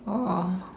oh